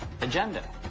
agenda